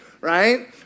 right